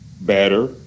better